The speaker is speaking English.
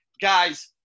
Guys